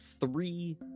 three